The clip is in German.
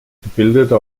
gebildeter